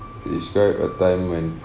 describe a time when